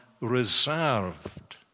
reserved